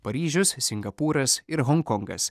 paryžius singapūras ir honkongas